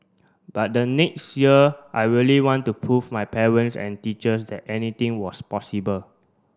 but the next year I really want to prove my parents and teachers that anything was possible